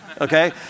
Okay